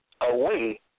away